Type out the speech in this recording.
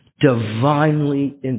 divinely